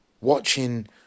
watching